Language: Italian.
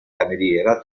cameriera